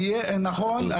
נכון,